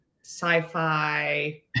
sci-fi